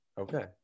okay